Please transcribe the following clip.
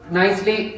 nicely